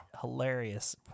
hilarious